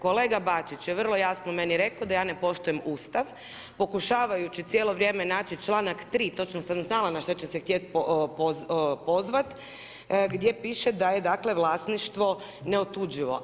Kolega Bačić je vrlo jasno meni rekao, da ja ne poštujem Ustav, pokušavajući cijelo vrijeme naći čl.3. točno sam znala na što će se htjeti pozvati, gdje piše da je dakle, vlasništvo neotuđivo.